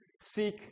seek